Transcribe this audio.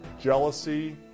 jealousy